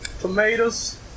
tomatoes